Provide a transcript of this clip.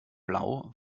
blau